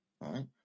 right